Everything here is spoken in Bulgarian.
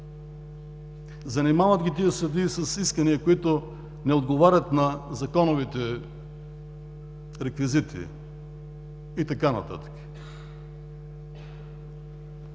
Занимават съдиите с искания, които не отговарят на законовите реквизити и така нататък.